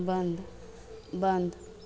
बन्द बन्द